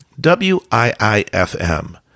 W-I-I-F-M